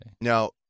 Now